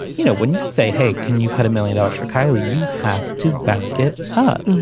you know when you say hey can you cut a million dollars for kiley you have to back it up.